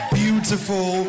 beautiful